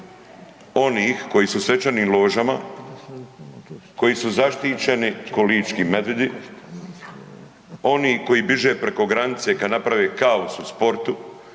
onih koji su u svečanim ložama, koji su zaštićeni ko lički medvjedi, oni koji bježe preko granice kad naprave kaos u sportu,